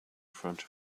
front